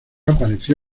apareció